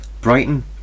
Brighton